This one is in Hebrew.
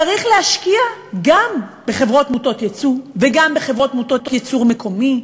צריך להשקיע גם בחברות מוטות ייצוא וגם בחברות מוטות ייצור מקומי.